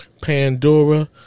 Pandora